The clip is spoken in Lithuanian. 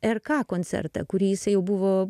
r k koncertą kurį jisai jau buvo